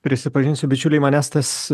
prisipažinsiu bičiuliai manęs tas